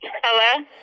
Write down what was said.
Hello